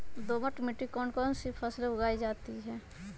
दोमट मिट्टी कौन कौन सी फसलें उगाई जाती है?